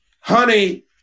honey